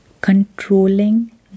controlling